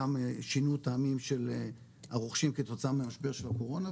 גם שינו טעמים של הרוכשים כתוצאה מהמשבר של הקורונה,